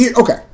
Okay